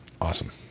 Awesome